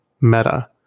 meta